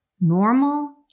normal